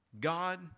God